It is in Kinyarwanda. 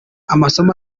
amasomo